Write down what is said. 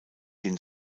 den